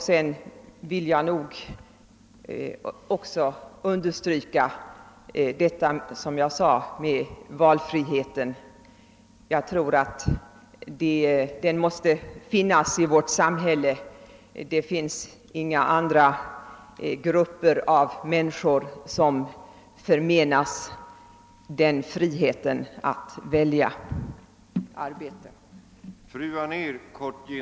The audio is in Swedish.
Sedan vill jag också understryka vad jag sade om valfriheten. Den måste finnas i vårt samhälle. Och det finns inga andra grupper av människor som förmenas friheten att välja arbete.